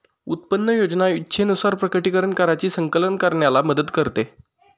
उत्पन्न योजना इच्छेनुसार प्रकटीकरण कराची संकलन करण्याला मदत करते